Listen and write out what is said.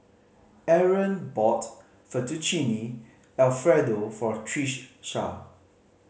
Arron bought Fettuccine Alfredo for